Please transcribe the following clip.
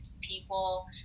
people